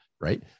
right